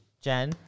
Jen